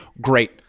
great